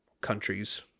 countries